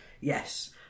Yes